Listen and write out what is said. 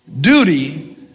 duty